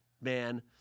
man